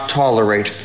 tolerate